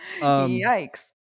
Yikes